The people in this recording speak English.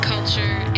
culture